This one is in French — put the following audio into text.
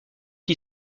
qui